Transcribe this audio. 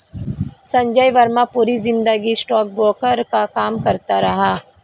संजय वर्मा पूरी जिंदगी स्टॉकब्रोकर का काम करता रहा